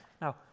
Now